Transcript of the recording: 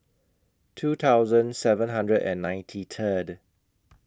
two thousand seven hundred and ninety Third